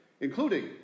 including